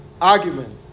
argument